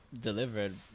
delivered